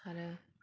आरो